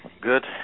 good